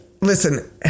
listen